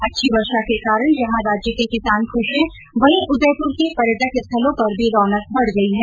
अच्छी वर्षा के कारण जहां राज्य के किसान खुश है वहीं उदयपुर के पर्यटक स्थलों पर भी रौनक बढ गयी है